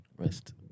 Rest